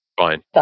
fine